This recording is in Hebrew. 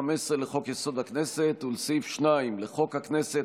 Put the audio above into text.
בהתאם לסעיף 15 לחוק-יסוד: הכנסת ולסעיף 2 לחוק הכנסת,